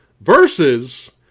versus